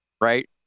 right